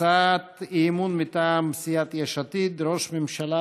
הצעת אי-אמון מטעם סיעת יש עתיד: ראש ממשלה